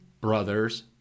Brothers